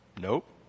nope